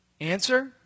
Answer